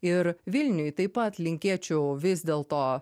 ir vilniui taip pat linkėčiau vis dėl to